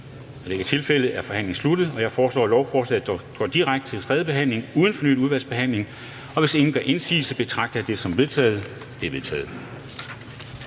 ikke er tilfældet, er forhandlingen sluttet. Jeg foreslår, at lovforslaget går direkte til tredje behandling uden fornyet udvalgsbehandling. Og hvis ingen gør indsigelse, betragter jeg det som vedtaget. Det er vedtaget.